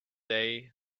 day